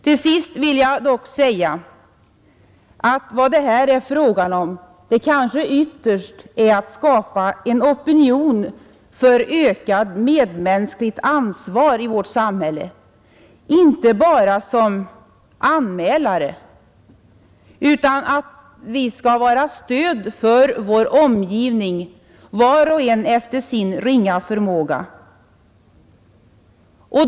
Till sist vill jag dock säga att vad det här är fråga om kanske ytterst är att skapa en opinion för ökat medmänskligt ansvar i vårt samhälle — inte bara som anmälare, utan vi skall vara ett stöd för vår omgivning, var och en efter sin ringa förmåga.